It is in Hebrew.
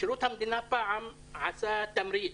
שירות המדינה פעם עשה תמריץ,